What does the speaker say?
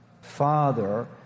father